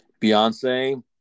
Beyonce